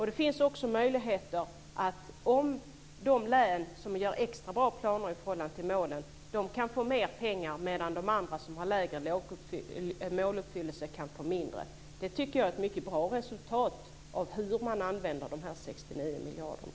Det finns också möjligheter för de län som gör extra planer i förhållande till målen att få mer pengar medan de andra som andra lägre måluppfyllelse kan få mindre. Det tycker jag är ett mycket bra resultat för hur man använder de 69 miljarderna.